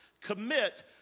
commit